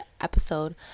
episode